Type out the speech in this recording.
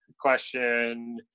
question